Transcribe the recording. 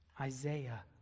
Isaiah